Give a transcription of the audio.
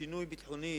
שינוי ביטחוני